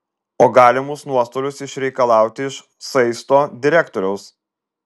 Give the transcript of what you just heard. o galimus nuostolius išreikalauti iš saisto direktoriaus